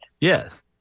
Yes